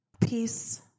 Peace